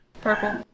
Purple